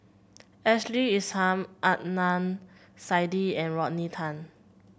Ashley Isham Adnan Saidi and Rodney Tan